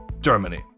Germany